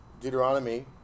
Deuteronomy